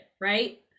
right